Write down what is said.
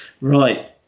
Right